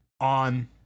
on